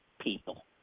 people